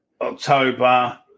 October